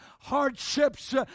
Hardships